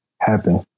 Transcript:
happen